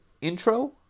intro